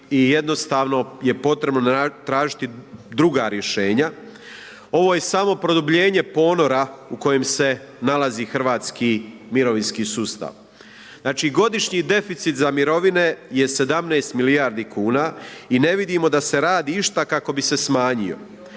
i jednostavno je potrebno tražiti druga rješenja. Ovo je samo produbljenje ponora u kojem se nalazi hrvatski mirovinski sustav. Znači godišnji deficit za mirovine je 17 milijardi kuna i ne vidimo da se radi išta kako bi se smanjio.